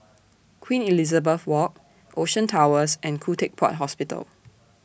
Queen Elizabeth Walk Ocean Towers and Khoo Teck Puat Hospital